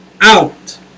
out